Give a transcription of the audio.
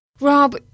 Rob